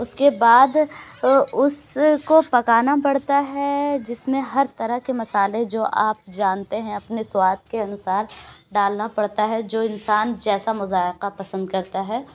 اُس کے بعد اُس کو پکانا پڑتا ہے جس میں ہر طرح کے مسالے جو آپ جانتے ہیں اپنے سواد کے انوسار ڈالنا پڑتا ہے جو انسان جیسا ذائقہ پسند کرتا ہے